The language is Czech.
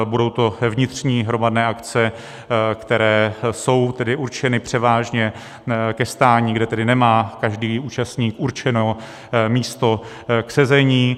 Budou to vnitřní hromadné akce, které jsou tedy určeny převážně k stání, kde tedy nemá každý účastník určeno místo k sezení.